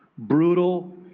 brutal,